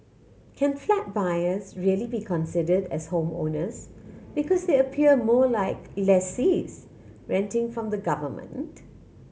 can flat buyers really be considered as homeowners because they appear more like lessees renting from the government